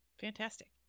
fantastic